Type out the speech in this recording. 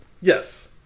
yes